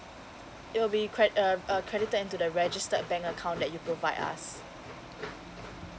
it will be cre~ uh uh credited into the registered bank account that you provide us